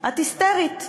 את היסטרית.